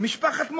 משפחת מועלם,